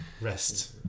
rest